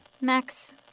Max